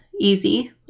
Easy